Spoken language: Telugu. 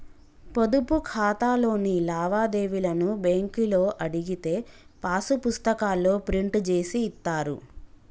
పొదుపు ఖాతాలోని లావాదేవీలను బ్యేంకులో అడిగితే పాసు పుస్తకాల్లో ప్రింట్ జేసి ఇత్తారు